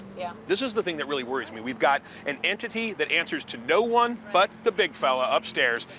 yeah. this is the thing that really worries me. we've got an entity that answers to no one but the big fella upstairs,